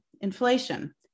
inflation